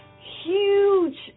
huge